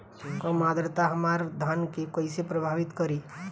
कम आद्रता हमार धान के कइसे प्रभावित करी?